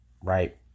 right